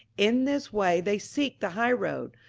in this way they seek the high road,